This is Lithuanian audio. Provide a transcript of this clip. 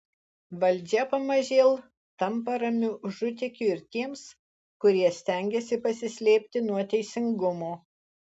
valdžia pamažėl tampa ramiu užutėkiu ir tiems kurie stengiasi pasislėpti nuo teisingumo